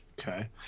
Okay